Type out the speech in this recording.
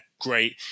great